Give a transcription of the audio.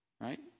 right